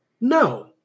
No